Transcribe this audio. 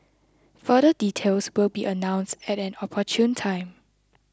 further details will be announced at an opportune time